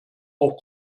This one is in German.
auch